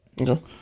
okay